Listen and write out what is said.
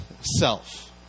self